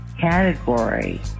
category